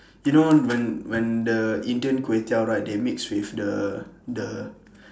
you know when when the indian kway teow right they mix with the the